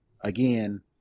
Again